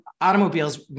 Automobiles